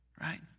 Right